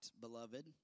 beloved